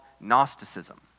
Gnosticism